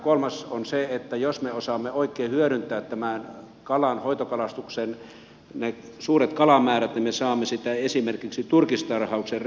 kolmas on se että jos me osaamme oikein hyödyntää tämän kalan hoitokalastuksen ne suuret kalamäärät niin me saamme sitä esimerkiksi turkistarhaukseen rehuksi